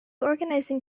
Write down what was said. organising